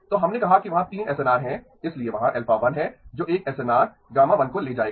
तो हमने कहा कि वहाँ 3 एसएनआर हैं इसलिए वहाँ α1 है जो एक एसएनआर γ1 को ले जाएगा